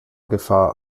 gefahr